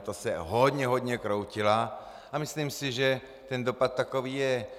To se hodně hodně kroutila, a myslím si, že dopad takový je.